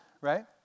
right